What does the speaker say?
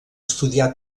estudiar